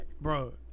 Bro